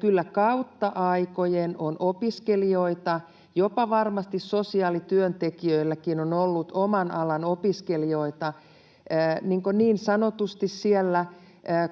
Kyllä kautta aikojen on oman alan opiskelijoita — varmasti jopa sosiaalityöntekijöillä — ollut niin sanotusti